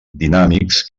dinàmics